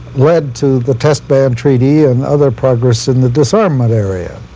led to the test band treaty and other progress in the disarmament area.